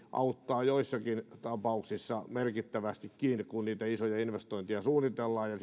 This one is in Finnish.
auttaa joissakin tapauksissa merkittävästikin kun niitä isoja investointeja suunnitellaan ja